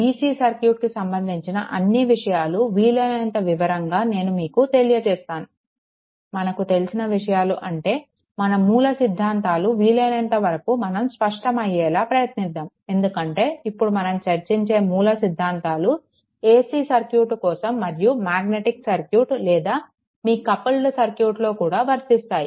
DC circuit కి సంబంధించిన అన్ని విషయాలు వీలైనంత వివరంగా నేను మీకు తెలియజేస్తాను మనకు తెలిసిన విషయాలు అంటే మన మూలసిద్దాంతాలు వీలైనంత వరకు స్పష్టం అయ్యేలా ప్రయత్నిద్దాం ఎందుకంటే ఇప్పుడు మనం చర్చించే మూలసిద్దాంతాలు AC సర్క్యూట్ కోసం మరియు మాగ్నెటిక్ సర్క్యూట్ లేదా మీ కపుల్డ్ సర్క్యూట్లో కూడా వర్తిస్తాయి